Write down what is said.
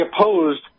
opposed